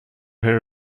here